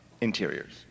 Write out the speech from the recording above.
interiors